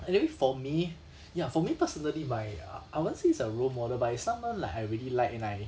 maybe for me ya for me personally my uh I won't say it's a role model but it's someone like I really like and I